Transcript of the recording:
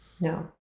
No